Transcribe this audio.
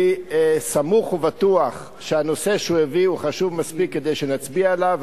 אני סמוך ובטוח שהנושא שהוא הביא הוא חשוב מספיק כדי שנצביע עליו,